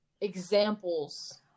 examples